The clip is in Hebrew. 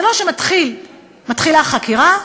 זה לא שמתחילה חקירה,